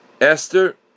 Esther